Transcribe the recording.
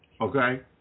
okay